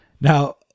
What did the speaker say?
Now